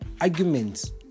arguments